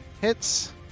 hits